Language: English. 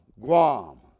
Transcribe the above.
Guam